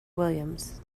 williams